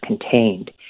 contained